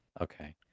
Okay